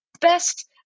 best